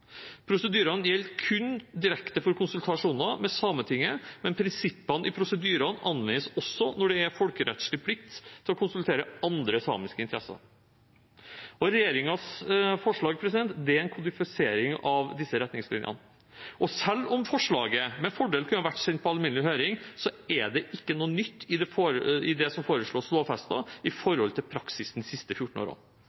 Prosedyrene gjelder kun direkte for konsultasjoner med Sametinget, men prinsippene i prosedyrene anvendes også når det er en folkerettslig plikt til å konsultere andre samiske interesser. Regjeringens forslag er en kodifisering av disse retningslinjene. Selv om forslaget med fordel kunne vært sendt på alminnelig høring, er det ikke noe nytt i det som foreslås lovfestet, i forhold til praksisen de siste 14 årene. Det